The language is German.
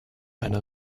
eine